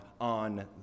on